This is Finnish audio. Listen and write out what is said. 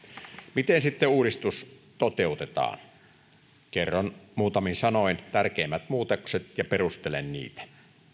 miten sitten uudistus toteutetaan kerron muutamin sanoin tärkeimmät muutokset ja perustelen niitä